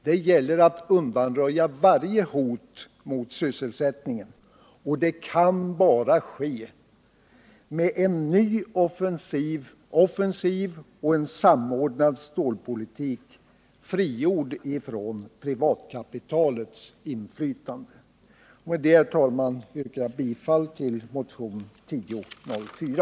Det gäller att undanröja varje hot mot sysselsättningen, och det kan bara ske med en ny, offensiv och samordnad stålpolitik, frigjord från privatkapitalets inflytande. Med det, herr talman, yrkar jag bifall till motion 1004.